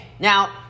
Now